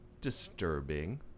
disturbing